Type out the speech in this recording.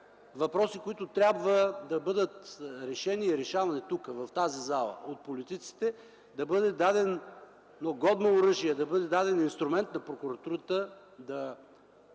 въпроси, които трябва да бъдат решени и решавани тук, в тази зала, от политиците. Да бъде дадено годно оръжие, да бъде даден инструмент на прокуратурата да